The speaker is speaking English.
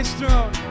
throne